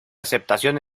aceptación